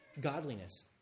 godliness